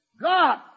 God